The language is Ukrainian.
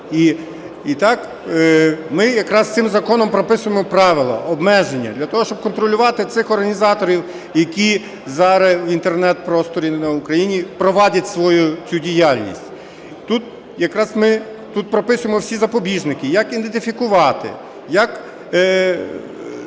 є. Ми якраз цим законом прописуємо правила, обмеження для того, щоб контролювати цих організаторів, які зараз в Інтернет-просторі на Україні проводять свою цю діяльність. Тут якраз ми прописуємо всі запобіжники, як ідентифікувати, як